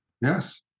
Yes